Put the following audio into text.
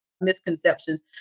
misconceptions